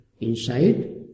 inside